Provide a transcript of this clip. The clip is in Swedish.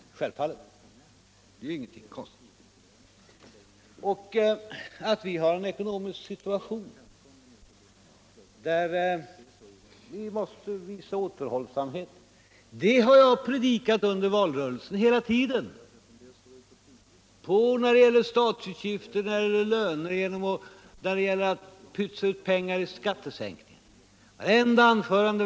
Det är inget konstigt i det. Att vi har en ekonomisk situation där vi måste visa återhållsamhet, det har jag predikat under valtrörelsen, hela tiden, både när det gäller statsutgifter och löner och när det gäller att pytsa ut pengar i skattesänkningar — i vartenda anförande.